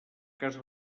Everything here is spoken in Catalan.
cas